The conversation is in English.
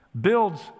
builds